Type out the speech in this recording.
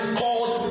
called